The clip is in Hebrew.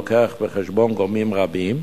המביא בחשבון גורמים רבים,